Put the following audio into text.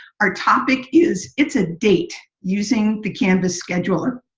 our topic is, it's a date! using the canvas scheduler.